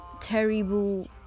terrible